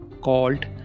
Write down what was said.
called